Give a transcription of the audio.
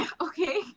Okay